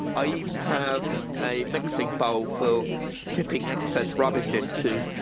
i even have a mixing bowl for tipping excess rubbish into,